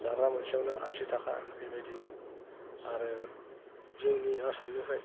जाग्रा मोनसेयावनो आसि थाखा बेबायदि आरो जोंनि आसामनिफ्राय